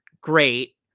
great